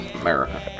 America